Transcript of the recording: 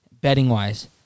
betting-wise